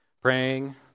praying